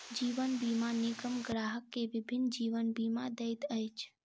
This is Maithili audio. जीवन बीमा निगम ग्राहक के विभिन्न जीवन बीमा दैत अछि